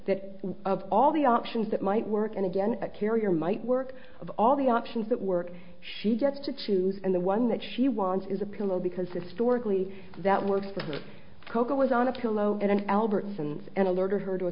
that of all the options that might work and again a carrier might work of all the options that work she gets to choose and the one that she wants is a pillow because historically that works for her cocoa is on a kilo and albertsons and alert her to a